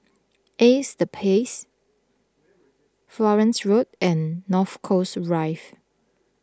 Ace the Pace Florence Road and North Coast Rive